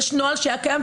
יש נוהל שהיה קיים,